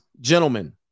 gentlemen